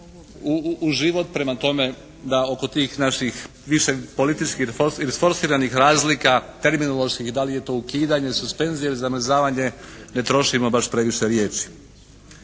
u život. Prema tome da oko tih naših više političkih isforsiranih razlika terminoloških da li je to ukidanje, suspenzija ili zamrzavanje ne trošimo baš previše riječi.